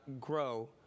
grow